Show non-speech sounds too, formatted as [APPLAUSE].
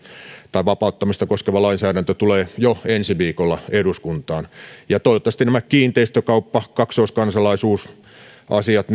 tai vapauttamista koskeva lainsäädäntö tulee jo ensi viikolla eduskuntaan ja toivottavasti nämä kiinteistökauppa ja kaksoiskansalaisuusasiat [UNINTELLIGIBLE]